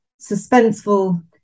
suspenseful